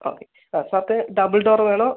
okay ആ സാർക്ക് double door വേണോ